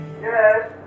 Yes